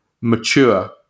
mature